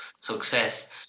success